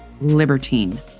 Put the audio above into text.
libertine